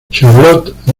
charlotte